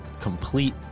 complete